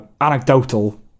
anecdotal